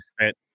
spent